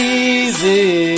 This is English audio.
easy